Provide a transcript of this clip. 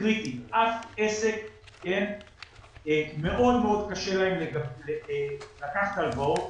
לעסקים מאוד מאוד קשה לקחת הלוואות